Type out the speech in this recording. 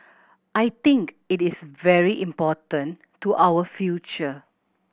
I think it is very important to our future